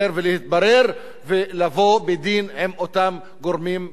ולבוא בדין עם אותם גורמים בתוך הממשלה.